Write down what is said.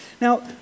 Now